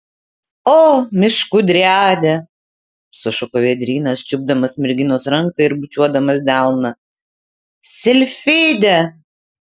o miškų driade sušuko vėdrynas čiupdamas merginos ranką ir bučiuodamas delną silfide